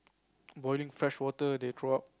borrowing fresh water they throw up